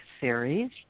series